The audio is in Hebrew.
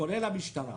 קורא למשטרה.